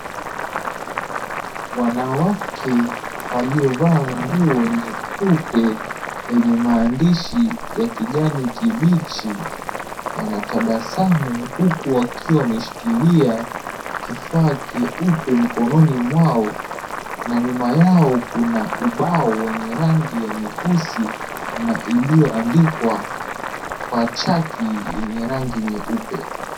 Wanawake waliovaa nguo nyeupe yenye maandishi ya kijani kibichi, wanatabasamu huku wakiwa wameshikilia kifaa kieupe mkononi mwao, na nyuma yao kuna ubao wenye rangi ya nyeusi, na iliyoandikwa kwa chaki yenye rangi nyeupe.